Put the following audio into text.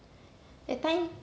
that time